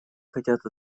хотят